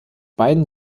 beiden